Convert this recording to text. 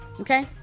Okay